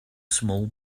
small